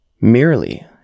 Merely